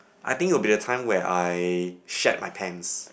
I think will be the time where I shat my pants